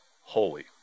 holy